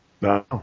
No